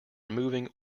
removing